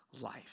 life